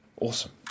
awesome